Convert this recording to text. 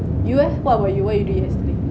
you eh what about what you do yesterday